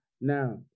Now